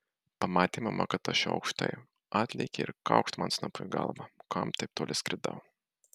pamatė mama kad aš jau aukštai atlėkė ir kaukšt man snapu į galvą kam taip toli skridau